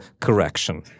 correction